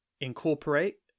incorporate